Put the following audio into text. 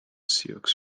sioux